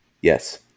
Yes